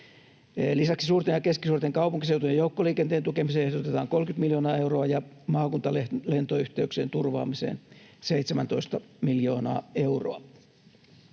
Lisäksi suurten ja keskisuurten kaupunkiseutujen joukkoliikenteen tukemiseen ehdotetaan 30 miljoonaa euroa ja maakuntalentoyhteyksien turvaamiseen 17 miljoonaa euroa.